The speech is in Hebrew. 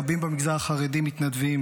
רבים במגזר החרדי מתנדבים,